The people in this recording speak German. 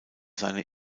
seine